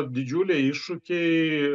didžiuliai iššūkiai